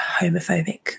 homophobic